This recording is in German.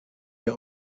hier